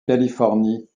californie